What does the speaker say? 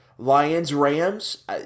Lions-Rams